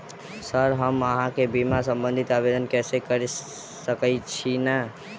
Sir हम अहाँ केँ बीमा संबधी आवेदन कैर सकै छी नै?